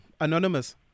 Anonymous